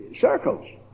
circles